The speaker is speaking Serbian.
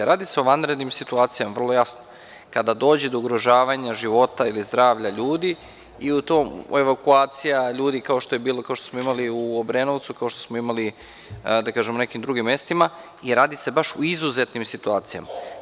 Radi se o vanrednim situacijama, vrlo jasno, kada dođe do ugrožavanja života ili zdravlja ljudi i evakuacija ljudi, kao što smo imali u Obrenovcu, kao što smo imali u nekim drugim mestima i radi se baš u izuzetnim situacijama.